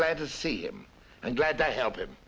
glad to see him and glad to help him